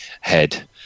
head